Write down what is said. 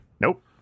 Nope